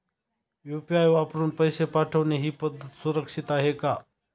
UPI वापरून पैसे पाठवणे ही पद्धत सुरक्षित आहे का?